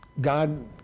God